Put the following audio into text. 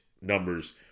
numbers